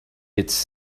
its